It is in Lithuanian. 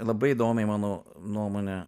labai įdomiai mano nuomone